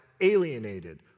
alienated